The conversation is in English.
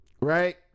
right